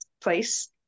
place